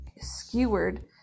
skewered